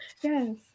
Yes